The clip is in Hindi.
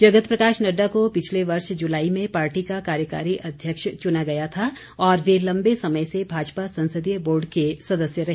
जगत प्रकाश नड़डा को पिछले वर्ष जुलाई में पार्टी का कार्यकारी अध्यक्ष चुना गया था और वे लंबे समय से भाजपा संसदीय बोर्ड के सदस्य रहे